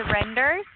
surrender